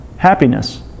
happiness